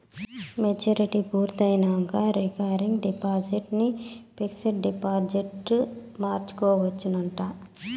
maturity పూర్తయినంక recurring deposit ని fixed డిపాజిట్గ మార్చుకోవచ్చునంట